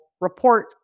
report